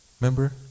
Remember